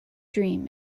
dream